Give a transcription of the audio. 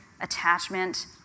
attachment